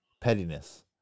pettiness